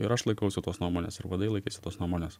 ir aš laikausi tos nuomonės ir vadai laikėsi tos nuomonės